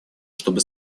чтобы